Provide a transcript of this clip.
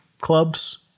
clubs